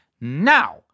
now